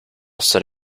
said